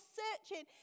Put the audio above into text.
searching